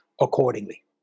accordingly